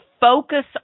focus